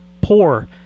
poor